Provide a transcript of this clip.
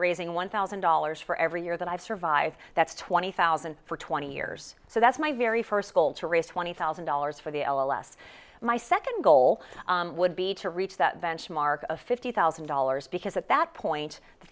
raising one thousand dollars for every year that i've survived that's twenty thousand for twenty years so that's my very first goal to raise twenty thousand dollars for the last my second goal would be to reach that benchmark a fit two thousand dollars because at that point the